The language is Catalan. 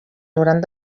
hauran